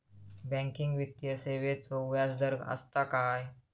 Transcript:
Banking वित्तीय सेवाचो व्याजदर असता काय?